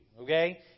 Okay